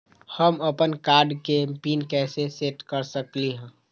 हम अपन कार्ड के पिन कैसे सेट कर सकली ह?